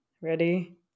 Ready